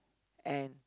and